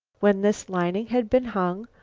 when this lining had been hung,